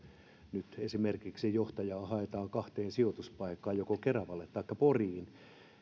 nyt esimerkiksi johtajaa haetaan kahteen sijoituspaikkaan joko keravalle taikka poriin